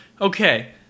Okay